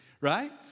right